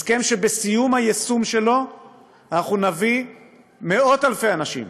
הסכם שבסיום היישום שלו אנחנו נביא מאות אלפי אנשים,